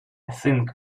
think